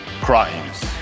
crimes